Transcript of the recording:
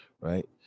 Right